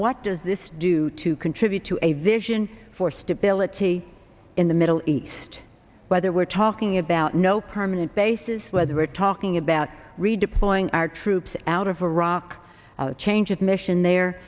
what does this do to contribute to a vision for stability in the middle east whether we're talking about no permanent bases whether we're talking about redeploying our troops out of iraq change of mission